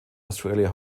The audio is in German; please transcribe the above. australia